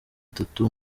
atatu